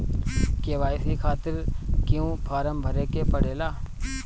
KYC खातिर क्यूं form भरे के पड़ेला?